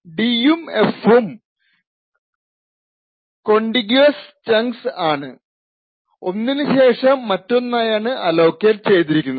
d ഉം f ഉം contiguous chunks ആണ് ഒന്നിന് ശേഷം മറ്റൊന്നായാണ് അലോക്കേറ്റ് ചെയ്തിരിക്കുന്നത്